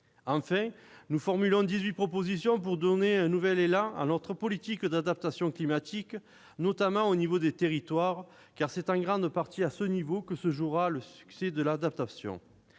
Enfin, nous formulons dix-huit propositions pour donner un nouvel élan à nos politiques d'adaptation climatique, notamment au niveau des territoires, car c'est en grande partie à ce niveau que se jouera le succès de l'adaptation.